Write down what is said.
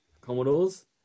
Commodores